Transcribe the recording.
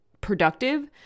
productive